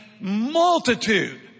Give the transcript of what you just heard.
multitude